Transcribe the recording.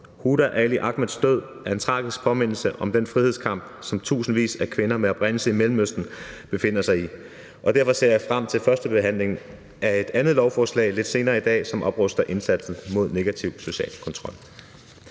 Huda Ali Ahmads død er en tragisk påmindelse om den frihedskamp, som tusindvis af kvinder med oprindelse i Mellemøsten befinder sig i. Derfor ser jeg frem til førstebehandlingen af et andet lovforslag lidt senere i dag, som opruster indsatsen mod negativ social kontrol.